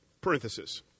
Parenthesis